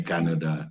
Canada